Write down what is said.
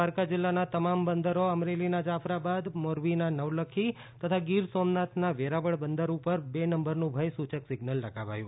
દ્વારકા જિલ્લાના તમામ બંદરો અમરેલીના જાફરાબાદ મોરબીના નવલખી તથા ગીર સોમનાથના વેરાવળ બંદર ઉપર બે નંબરનું ભય સૂચક સિઝ્નલ લગાવાયું